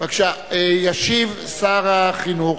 ישיב שר החינוך.